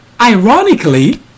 ironically